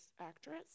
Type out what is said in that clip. actress